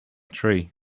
tree